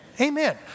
Amen